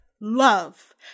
love